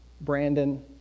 Brandon